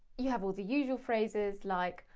you have all the usual phrases like,